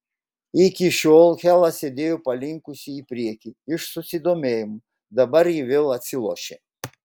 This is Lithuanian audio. iki šiol hela sėdėjo palinkusi į priekį iš susidomėjimo dabar ji vėl atsilošė